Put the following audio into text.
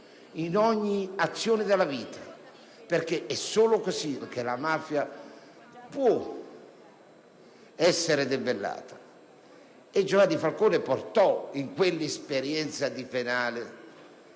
in ogni azione della vita. È solo così che la mafia può essere debellata. E Giovanni Falcone portò nell'esperienza del penale,